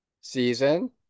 season